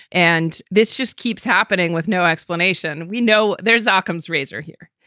and this just keeps happening with no explanation. we know there's ah ockham's razor here.